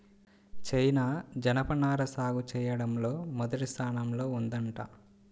China జనపనార సాగు చెయ్యడంలో మొదటి స్థానంలో ఉందంట